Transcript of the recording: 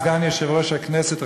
סגן יושב-ראש הכנסת,